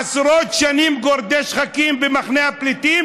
עשרות שנים גורדי שחקים במחנה הפליטים,